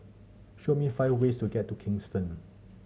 show me five ways to get to Kingston